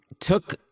took